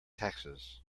taxes